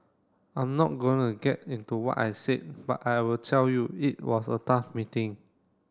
I'm not going to get into what I said but I will tell you it was a tough meeting